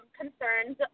concerns